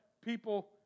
people